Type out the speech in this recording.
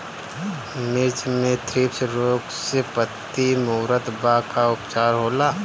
मिर्च मे थ्रिप्स रोग से पत्ती मूरत बा का उपचार होला?